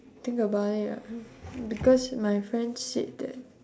think about it ah because my friend said that